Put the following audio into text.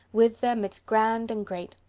with them it's grand and great.